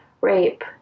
rape